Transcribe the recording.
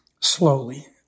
slowly